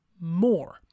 more